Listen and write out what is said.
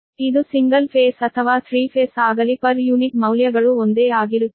ಇದು single phase ಅಥವಾ three phase ಆಗಲಿ ಪರ್ ಯೂನಿಟ್ ಮೌಲ್ಯಗಳು ಒಂದೇ ಆಗಿರುತ್ತವೆ